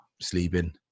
sleeping